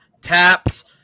taps